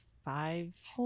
five